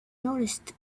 noticed